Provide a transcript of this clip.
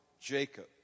Jacob